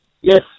Yes